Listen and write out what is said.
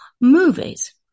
movies